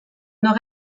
nord